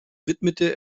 widmete